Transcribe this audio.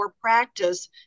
practice